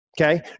okay